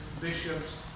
bishops